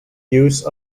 use